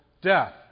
death